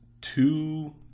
two